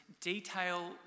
detail